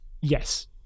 yes